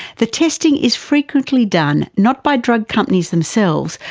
the testing is frequently done not by drug companies themselves,